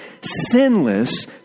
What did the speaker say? sinless